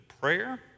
prayer